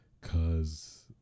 cause